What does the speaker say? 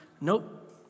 nope